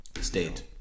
state